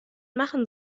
machen